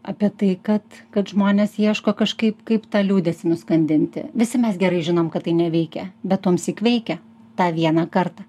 apie tai kad kad žmonės ieško kažkaip kaip tą liūdesį nuskandinti visi mes gerai žinom kad tai neveikia bet tuomsyk veikia tą vieną kartą